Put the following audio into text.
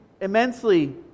immensely